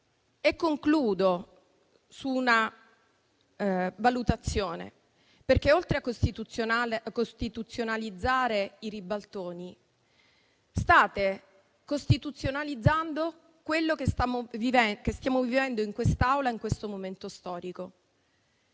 Concludo con una valutazione. Oltre a costituzionalizzare i ribaltoni, state costituzionalizzando quello che stiamo vivendo in quest'Aula, in questo momento storico: